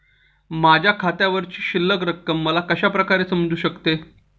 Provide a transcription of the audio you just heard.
माझ्या खात्यावरची शिल्लक रक्कम मला कशा प्रकारे समजू शकते?